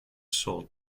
sold